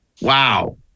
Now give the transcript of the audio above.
wow